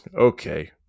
Okay